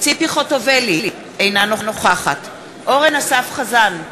ציפי חוטובלי, אינה נוכחת אורן אסף חזן,